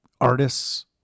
artists